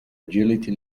agility